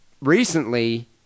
recently